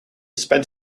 spent